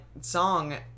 song